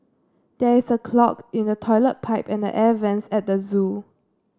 there is a clog in the toilet pipe and the air vents at the zoo